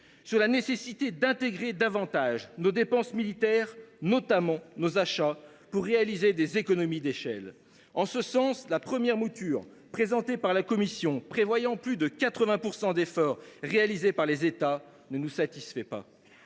sur la nécessité de communautariser davantage nos dépenses militaires, notamment nos achats, pour réaliser des économies d’échelle. En ce sens, la première mouture présentée par la Commission européenne, qui prévoit que plus de 80 % des efforts seraient réalisés par les États, ne nous satisfait pas.